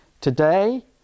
Today